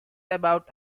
about